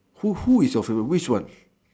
who who is your favourite which one